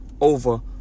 over